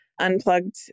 unplugged